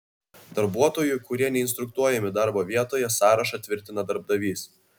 darbuotojų kurie neinstruktuojami darbo vietoje sąrašą tvirtina darbdavys